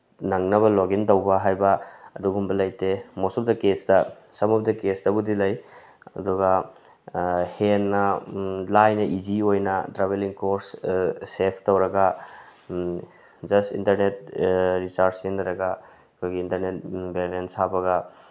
ꯅꯪꯅꯕ ꯂꯣꯒ ꯏꯅ ꯇꯧꯕ ꯍꯥꯏꯕ ꯑꯗꯨꯒꯨꯝꯕ ꯂꯩꯇꯦ ꯃꯣꯁ ꯑꯣꯐ ꯗ ꯀꯦꯁꯇ ꯁꯝ ꯑꯣꯐ ꯗ ꯀꯦꯁꯇꯕꯨꯗꯤ ꯂꯩ ꯑꯗꯨꯒ ꯍꯦꯟꯅ ꯂꯥꯏꯅ ꯏꯖꯤ ꯑꯣꯏꯅ ꯇ꯭ꯔꯥꯕꯦꯂꯤꯡ ꯀꯣꯁ ꯁꯦꯞ ꯇꯧꯔꯒ ꯖꯁ ꯏꯟꯇꯔꯅꯦꯠ ꯔꯤꯆꯥꯔꯖ ꯁꯤꯖꯤꯟꯅꯔꯒ ꯑꯩꯈꯣꯏꯒꯤ ꯏꯟꯇꯔꯅꯦꯠ ꯕꯦꯂꯦꯟꯁ ꯍꯥꯞꯄꯒ